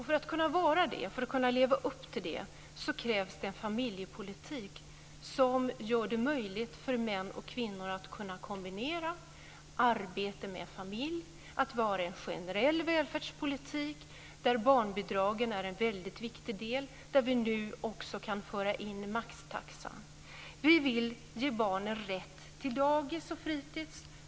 För att kunna leva upp till det krävs att vi för en familjepolitik som gör det möjligt för män och kvinnor att kombinera arbete med familj och för en generell välfärdspolitik, där barnbidragen är en väldigt viktig del. Där kan vi nu också föra in maxtaxan. Vi vill ge barnen rätt till dagis och fritis.